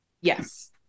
Yes